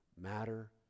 matter